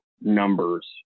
numbers